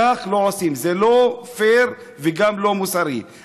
כך לא עושים, זה לא פייר וגם לא מוסרי.